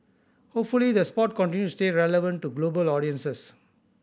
hopefully the sport continues to stay relevant to global audiences